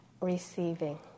receiving